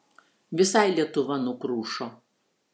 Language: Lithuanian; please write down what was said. visai lietuva nukrušo